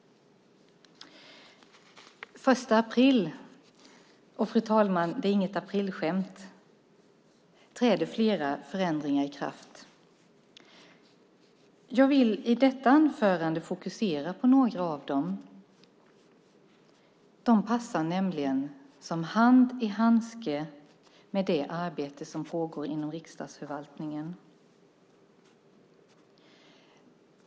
Den 1 april - och det är inget aprilskämt, fru talman - träder flera förändringar i kraft. Jag vill i detta anförande fokusera på några av dem. De passar nämligen som hand i handske med det arbete som pågår inom riksdagsförvaltningen.